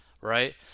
right